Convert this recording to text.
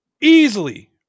easily